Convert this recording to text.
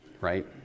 right